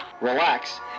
relax